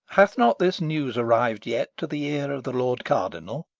hath not this news arriv'd yet to the ear of the lord cardinal?